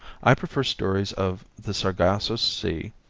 i prefer stories of the sargasso sea,